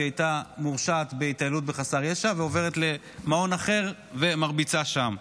שהיא הייתה מורשעת בהתעללות בחסר ישע ועוברת למעון אחר ומרביצה שם.